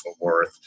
Worth